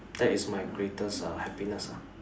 that is my greatest err happiness ah